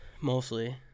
mostly